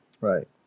Right